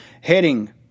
Heading